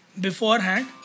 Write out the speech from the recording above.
beforehand